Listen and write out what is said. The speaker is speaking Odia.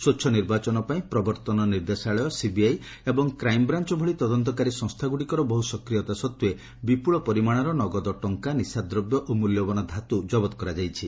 ସ୍ୱଚ୍ଚ ନିର୍ବାଚନ୍ ପାଇଁ ପ୍ରବର୍ଉନ ନିର୍ଦ୍ଦେଶାଳୟ ସିବିଆଇ ଏବଂ କ୍ରାଇମ୍ବ୍ରାଞ୍ ଭଳି ତଦନ୍ତକାରୀ ସଂସ୍ଥାଗୁଡ଼ିକର ବହୁ ସକ୍ରିୟତା ସତ୍ତ୍ୱେ ବିପୁଳ ପରିମାଶର ନଗଦ ଟଙ୍କା ନିଶାଦ୍ରବ୍ୟ ଓ ମିଲ୍ୟବାନ ଧାତୁ କବତ ହୋଇଛି